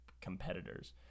competitors